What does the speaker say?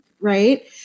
right